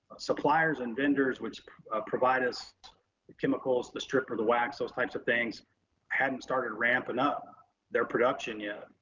suppliers and vendors, which provide us the chemicals, the stripper, the wax, those types of things hadn't started ramping up their production yet,